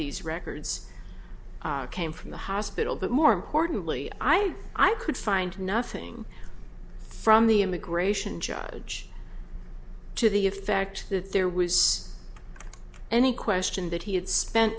these records came from the hospital but more importantly i i could find nothing from the immigration judge to the effect that there was any question that he had spent